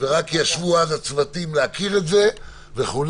ורק אז ישבו הצוותים להכיר את זה וכו',